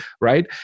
right